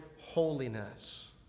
holiness